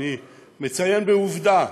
אני מציין כעובדה